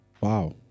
Wow